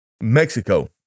Mexico